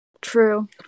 True